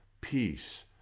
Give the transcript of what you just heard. peace